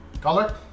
Color